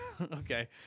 Okay